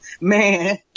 man